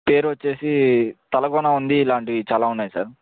పేరు వచ్చి తలకోన ఉంది ఇలాంటివి చాలా ఉన్నాయి సార్